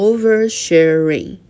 Oversharing